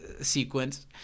sequence